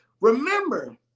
Remember